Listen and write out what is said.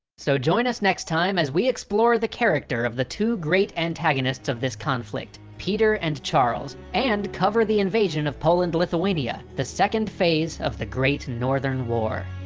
so join us next time, as we explore the character of the two great antagonists of this conflict peter and charles. and cover the invasion of poland-lithuania the second phase of the great northern war.